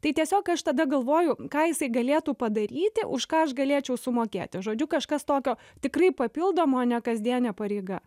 tai tiesiog aš tada galvoju ką jisai galėtų padaryti už ką aš galėčiau sumokėti žodžiu kažkas tokio tikrai papildomo ne kasdienė pareiga